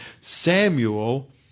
Samuel